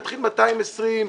נתחיל 220,